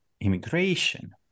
immigration